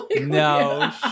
No